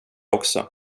också